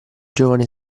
giovane